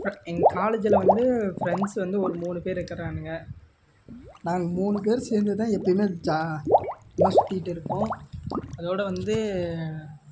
இப்போ எங்கள் காலேஜில் வந்து ஃப்ரெண்ட்ஸ் வந்து ஒரு மூணு பேர் இருக்கிறானுங்க நாங்கள் மூணு பேர் சேர்ந்து தான் எப்பயுமே ஒன்னாக சுற்றிக்கிட்டு இருப்போம் அதோடு வந்து